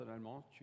personnellement